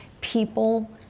People